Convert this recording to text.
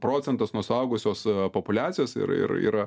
procentas nuo suaugusios populiacijos ir ir yra